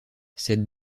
cette